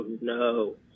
No